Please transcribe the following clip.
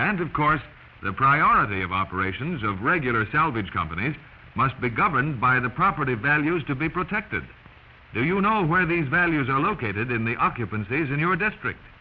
and of course the priority of operations of regular salvage companies must be governed by the property values to be protected so you know where these values are located in the occupancies in your district